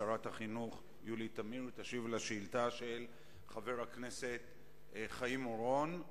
שרת החינוך יולי תמיר תשיב על השאילתא של חבר הכנסת חיים אורון.